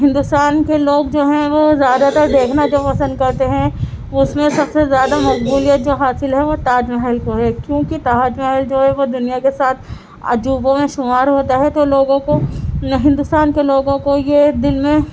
ہندوستان کے لوگ جو ہیں وہ زیادہ تر دیکھنا جو پسند کرتے ہیں وہ اس میں سب سے زیادہ مقبولیت جو حاصل ہے وہ تاج محل کو ہے کیونکہ تاج محل جو ہے وہ دنیا کے سات عجوبوں میں شمار ہوتا ہے تو لوگوں کو ہندوستان کے لوگوں کو یہ دل میں